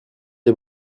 les